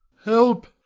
help!